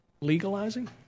legalizing